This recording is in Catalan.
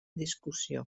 discussió